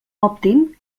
òptim